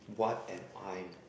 what am I'm